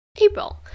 April